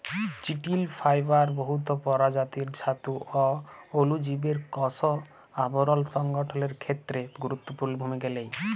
চিটিল ফাইবার বহুত পরজাতির ছাতু অ অলুজীবের কষ আবরল সংগঠলের খ্যেত্রে গুরুত্তপুর্ল ভূমিকা লেই